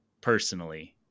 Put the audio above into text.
personally